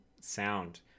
sound